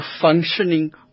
functioning